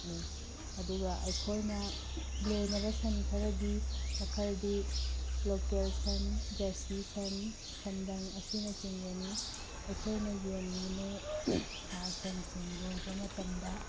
ꯅꯤ ꯑꯗꯨꯒ ꯑꯩꯈꯣꯏꯅ ꯂꯣꯏꯅꯕ ꯁꯟ ꯈꯔꯒꯤ ꯃꯈꯜꯗꯤ ꯂꯣꯀꯦꯜ ꯁꯟ ꯖꯔꯁꯤ ꯁꯟ ꯁꯟꯗꯪ ꯑꯁꯤꯅꯆꯤꯡꯕꯅꯤ ꯑꯩꯈꯣꯏꯅ ꯌꯦꯟ ꯉꯥꯅꯨ ꯁꯥ ꯁꯟꯁꯤꯡ ꯂꯣꯏꯕ ꯃꯇꯝꯗ